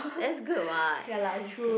that's good what that's good